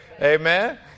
amen